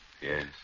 Yes